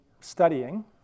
studying